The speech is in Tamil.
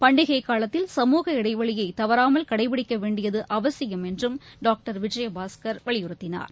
பண்டிகைகாலத்தில் சமூக இடைவெளியைதவறாமல் கடைபிடிக்கவேண்டியதுஅவசியம் என்றும் டாக்டர் விஜயபாஸ்கர் வலியுறுத்தினார்